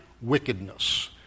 wickedness